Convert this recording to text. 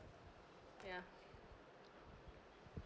ya